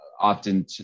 often